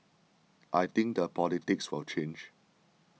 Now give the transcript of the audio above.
I think the politics will change